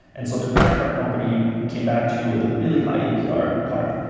and so the credit card company came back to you with a really high apr card.